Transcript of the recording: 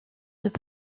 deux